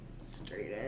straight